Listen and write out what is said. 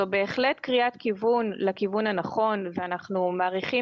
זו בהחלט קריאת כיוון לכיוון הנכון ואנחנו מעריכים